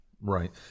right